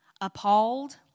appalled